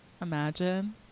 Imagine